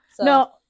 no